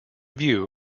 view